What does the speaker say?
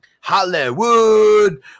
Hollywood